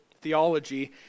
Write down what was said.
theology